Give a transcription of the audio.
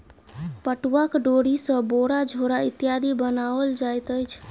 पटुआक डोरी सॅ बोरा झोरा इत्यादि बनाओल जाइत अछि